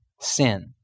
sin